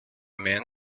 man